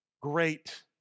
great